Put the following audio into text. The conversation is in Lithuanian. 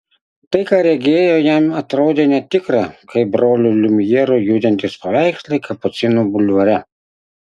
tai ką regėjo jam atrodė netikra kaip brolių liumjerų judantys paveikslai kapucinų bulvare